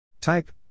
Type